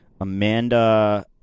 Amanda